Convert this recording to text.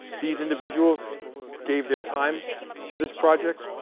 these individuals gave their time to this project.